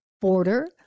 border